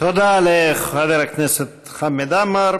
תודה לחבר הכנסת חמד עמאר.